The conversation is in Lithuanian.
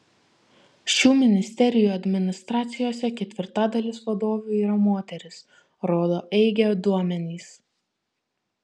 šių ministerijų administracijose ketvirtadalis vadovių yra moterys rodo eige duomenys